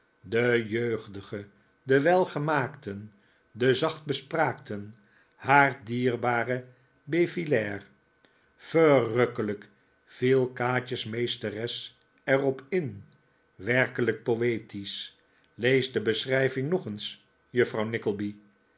den jeugdigen den welgemaakten den zacht bespraakten haar dierbaren befillaire verrukkelijk viel kaatje's meesteres er op in werkelijk poetisch lees die beschrijving nog eens juffrouw